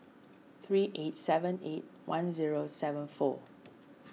three eight seven eight one zero seven four